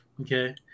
Okay